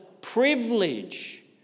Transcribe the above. privilege